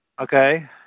okay